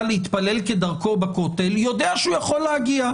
להתפלל כדרכו בכותל יודע שהוא יכול להגיע.